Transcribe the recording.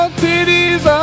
titties